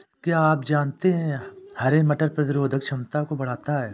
क्या आप जानते है हरे मटर प्रतिरोधक क्षमता को बढ़ाता है?